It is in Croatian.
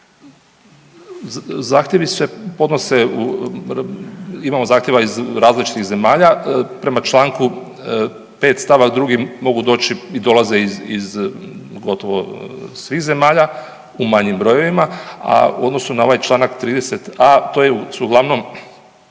zahtjevi se podnose, imamo zahtjeva iz različitih zemalja, prema čl. 5 st. 2. mogu doći i dolaze iz gotovo svih zemalja u manjim brojevima, a u odnosu na ovaj čl. 30a, to su uglavnom